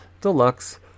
Deluxe